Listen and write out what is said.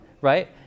right